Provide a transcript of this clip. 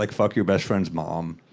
like your best friend's mom.